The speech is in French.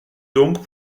donc